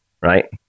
right